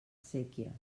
séquies